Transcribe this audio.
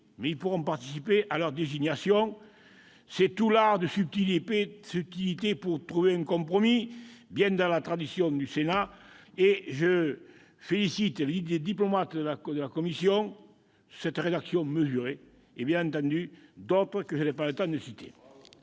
mais ils pourront participer à leur désignation. C'est tout l'art de la subtilité pour trouver un compromis, bien dans la tradition du Sénat. Je félicite les diplomates de la commission sur cette rédaction mesurée, et bien d'autres que je n'ai pas le temps de citer